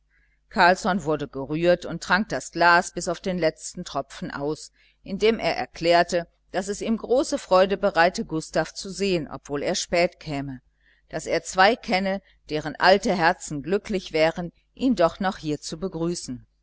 carlsson wurde gerührt und trank das glas bis auf den letzten tropfen aus indem er erklärte daß es ihm große freude bereite gustav zu sehen obwohl er spät käme daß er zwei kenne deren alte herzen glücklich wären ihn doch noch hier zu begrüßen